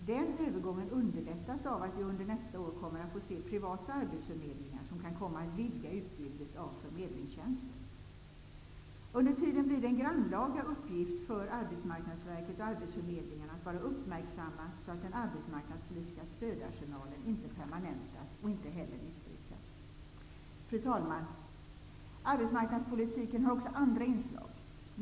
Den övergången underlättas av att vi under nästa år kommer att få se privata arbetsförmedlingar som kan komma att vidga utbudet av förmedlingstjänster. Under tiden blir det en grannlaga uppgift för Arbetsmarknadsverket och arbetsförmedlingarna att vara uppmärksamma, så att den arbetsmarknadspolitiska stödarsenalen inte permanentas och inte heller missbrukas. Fru talman! Arbetsmarknadspolitiken har också andra inslag.